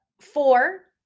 four